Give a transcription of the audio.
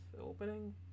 opening